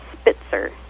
Spitzer